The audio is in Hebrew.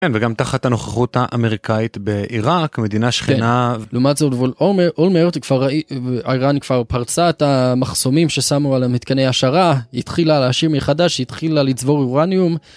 וגם תחת הנוכחות האמריקאית בעיראק, מדינה שכנה. לעומת זה אולמרט איראן כבר פרצה את המחסומים ששמו על המתקני העשרה, התחילה להעשיר מחדש, התחילה לצבור אורניום.